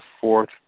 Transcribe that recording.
fourth